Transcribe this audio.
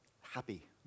happy